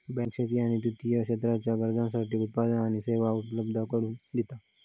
bank शेती आणि तृतीय क्षेत्राच्या गरजांसाठी उत्पादना आणि सेवा उपलब्ध करून दिता